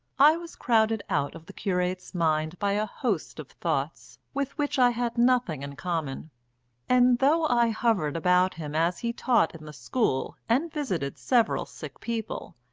i was crowded out of the curate's mind by a host of thoughts with which i had nothing in common and though i hovered about him as he taught in the school, and visited several sick people,